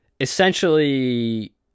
Essentially